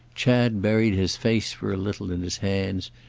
chad buried his face for a little in his hands,